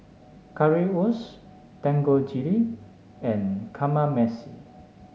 Currywurst Dangojiru and Kamameshi